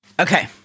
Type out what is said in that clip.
Okay